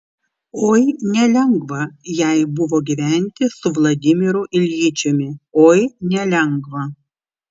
oi nelengva jai buvo gyventi su vladimiru iljičiumi oi nelengva